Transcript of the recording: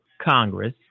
Congress